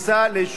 תודה רבה,